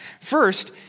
First